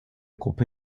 gruppe